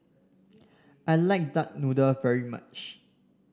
I like Duck Noodle very much